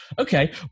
Okay